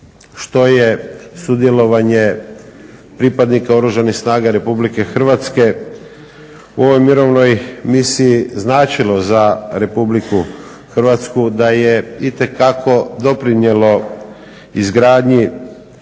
što je sudjelovanje pripadnika Oružanih snaga Republike Hrvatske u ovoj mirovnoj misiji značilo za Republiku Hrvatsku, da je itekako doprinijelo izgradnji